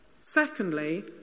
Secondly